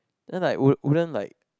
then like wouldn't wouldn't like